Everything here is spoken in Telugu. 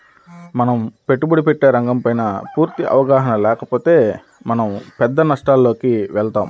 మనం పెట్టుబడి పెట్టే రంగంపైన పూర్తి అవగాహన లేకపోతే మనం పెద్ద నష్టాలలోకి వెళతాం